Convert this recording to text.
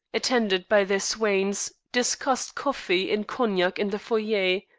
attended by their swains, discussed coffee and cognac in the foyer.